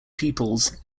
peoples